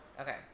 Okay